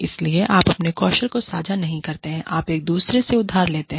इसलिए आप अपने कौशल को साझा नहीं करते हैं आप एक दूसरे से उधार लेते हैं